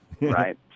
right